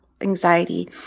anxiety